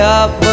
up